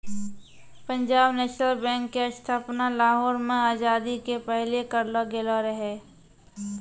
Punjab national bank के स्थापना लाहौर मे आजादी के पहिले करलो गेलो रहै